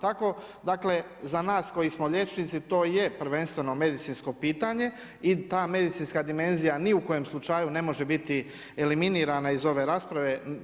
Tako, dakle, za nas koji smo liječnici, to je prvenstveno medicinsko pitanje i ta medicinska dimenzija ni u kojem slučaju ne može biti eliminirana iz ove rasprave.